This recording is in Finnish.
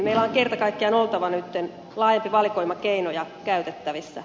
meillä on kerta kaikkiaan oltava nytten laajempi valikoima keinoja käytettävissä